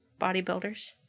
bodybuilders